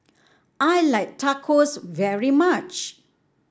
I like Tacos very much